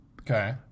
okay